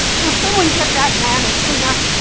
will someone get that man a tuna?